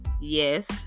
Yes